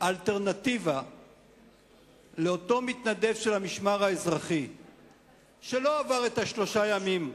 האלטרנטיבה לאותו מתנדב של המשמר האזרחי שלא עבר את שלושת הימים,